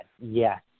Yes